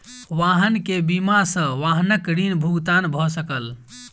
वाहन के बीमा सॅ वाहनक ऋण भुगतान भ सकल